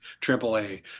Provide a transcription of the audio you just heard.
Triple-A